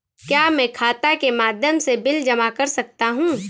क्या मैं खाता के माध्यम से बिल जमा कर सकता हूँ?